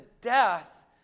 death